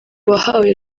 uwahawe